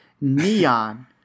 neon